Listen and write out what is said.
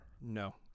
No